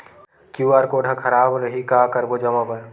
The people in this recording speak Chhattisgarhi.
क्यू.आर कोड हा खराब रही का करबो जमा बर?